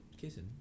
kissing